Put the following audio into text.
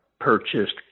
purchased